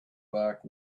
back